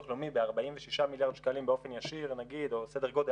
לאומי ב-46 מיליארד שקלים באופן ישיר או סדר גודל,